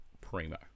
primo